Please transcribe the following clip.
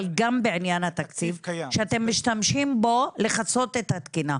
אבל גם בעניין התקציב שאתם משתמשים בו לכסות את התקינה.